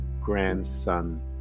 grandson